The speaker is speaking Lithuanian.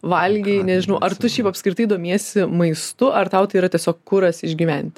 valgei nežinau ar tu šiaip apskritai domiesi maistu ar tau tai yra tiesiog kuras išgyventi